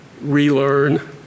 relearn